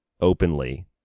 openly